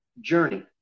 journey